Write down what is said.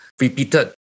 repeated